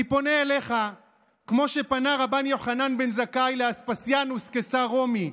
אני פונה אליך כמו שפנה רבן יוחנן בן זכאי לאספסיאנוס קיסר רומי,